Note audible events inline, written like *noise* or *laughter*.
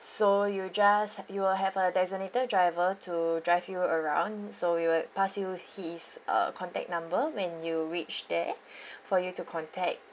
so you just you will have a designated driver to drive you around so we will pass you his uh contact number when you reach there *breath* for you to contact